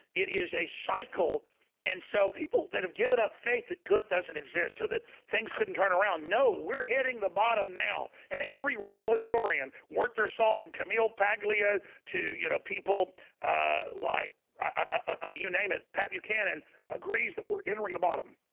it is a cycle and so people that have given up faith that good doesn't exist or that things couldn't turn around no, we're hitting the bottom now and every real historian worth their salt from camille paglia to you know people like i mean you name it pat buchanan agrees that we're entering the bottom.